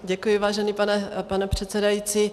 Děkuji, vážený pane předsedající.